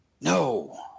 No